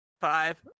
five